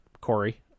Corey